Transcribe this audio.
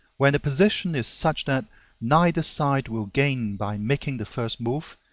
when the position is such that neither side will gain by making the first move,